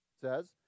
says